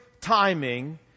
timing